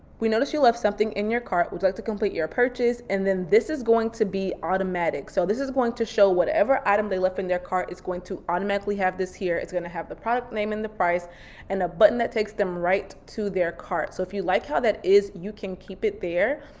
we noticed you left something in your cart, like to complete your purchase? and then this is going to be automatic. so this is going to show whatever item they left in their cart, it's going to automatically have this here. it's gonna have the product name and the price and a button that takes them right to their cart. so if you like how that is, you can keep it there.